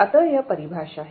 अतः यह परिभाषा है